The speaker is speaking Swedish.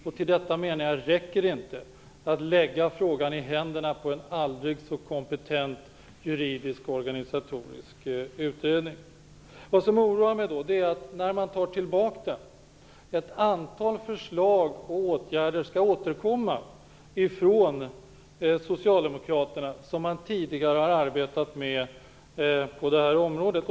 Med detta menar jag att det inte räcker att lägga frågan i händerna på en aldrig så kompetent juridisk-organisatorisk utredning. Vad som oroar mig är att när nu socialdemokraterna tar tillbaka förslaget, kommer ett antal förslag och åtgärder att återkomma som man tidigare har arbetat med på det här området.